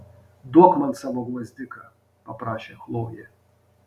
duok man savo gvazdiką paprašė chlojė